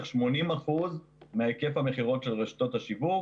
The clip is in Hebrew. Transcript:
80 אחוזים מהיקף המכירות של רשתות השיווק.